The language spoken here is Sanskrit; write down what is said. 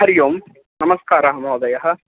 हरि ओम् नमस्कारः महोदय